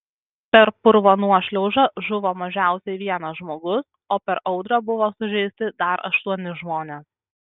per purvo nuošliaužą žuvo mažiausiai vienas žmogus o per audrą buvo sužeisti dar aštuoni žmonės